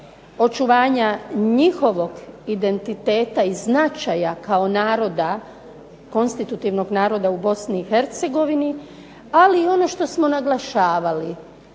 očuvanja njihovog identiteta i značaja kao naroda konstitutivnog naroda u Bosni i Hercegovini, ali i ono što smo naglašavali